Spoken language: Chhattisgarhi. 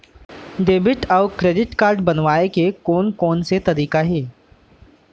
डेबिट अऊ क्रेडिट कारड बनवाए के कोन कोन से तरीका हे?